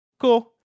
Cool